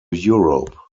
europe